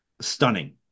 stunning